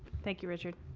thank you, richard.